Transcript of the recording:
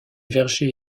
vergers